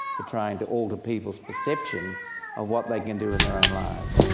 to trying to alter people's perception of what they can do in their own lives.